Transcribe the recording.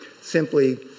simply